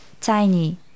tiny